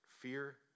fear